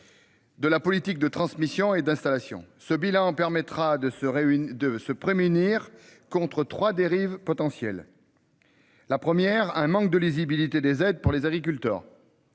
De la politique de transmission et d'installation ce bilan permettra de se réunir, de se prémunir contre 3 dérives potentielles. La première, un manque de lisibilité des aides pour les agriculteurs.